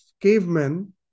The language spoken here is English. cavemen